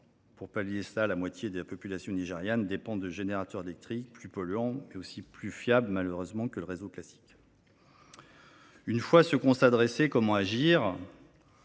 Pour pallier cela, la moitié de la population nigériane dépend de générateurs électriques, plus polluants, mais plus fiables que le réseau classique. Une fois ce constat dressé, comment agir ?